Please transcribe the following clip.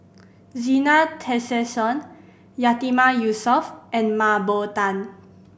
Zena Tessensohn Yatiman Yusof and Mah Bow Tan